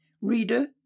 Reader